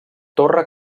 torre